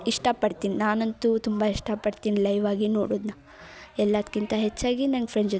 ಇಷ್ಟಪಡ್ತೀನಿ ನಾನಂತೂ ತುಂಬ ಇಷ್ಟಪಡ್ತೀನಿ ಲೈವ್ ಆಗಿ ನೋಡೋದನ್ನ ಎಲ್ಲದ್ಕಿಂತ ಹೆಚ್ಚಾಗಿ ನಂಗೆ ಫ್ರೆಂಡ್ ಜೊ